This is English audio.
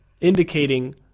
indicating